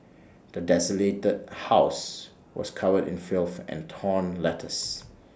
the desolated house was covered in filth and torn letters